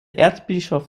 erzbischof